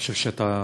אני חושב שאתה